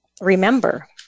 remember